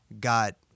got